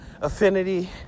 affinity